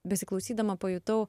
besiklausydama pajutau